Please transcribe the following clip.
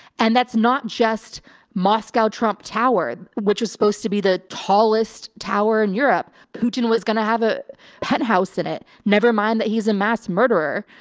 and that's not just moscow trump tower, which was supposed to be the tallest tower in europe. putin was going to have a penthouse in it. nevermind that he's a mass murderer.